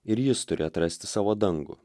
ir jis turi atrasti savo dangų